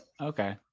Okay